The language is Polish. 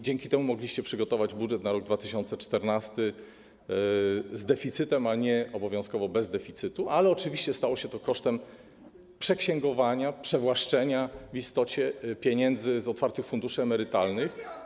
Dzięki temu mogliście przygotować budżet na rok 2014 z deficytem, a nie, jak do tej pory obowiązkowo, bez deficytu, przy czym oczywiście stało się to kosztem przeksięgowania, przywłaszczenia w istocie pieniędzy z otwartych funduszy emerytalnych.